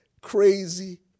crazy